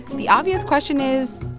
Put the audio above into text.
the obvious question is,